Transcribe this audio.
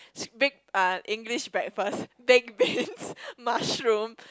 big ah English breakfast baked beans mushroom